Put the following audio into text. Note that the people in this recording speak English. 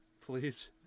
please